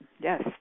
yes